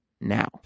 now